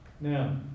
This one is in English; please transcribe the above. Now